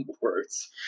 words